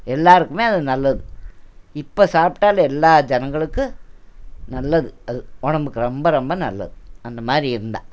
எல்லோருக்குமே அது நல்லது இப்போ சாப்பிட்டால் எல்லா ஜனங்களுக்கு நல்லது அது உடம்புக்கு ரொம்ப ரொம்ப நல்லது அந்த மாதிரி இருந்தால்